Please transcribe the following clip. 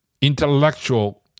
intellectual